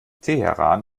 teheran